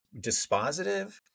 dispositive